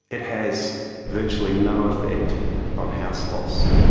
it has virtually no effect on house loss.